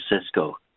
Cisco